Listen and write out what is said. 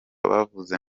bavuze